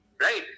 Right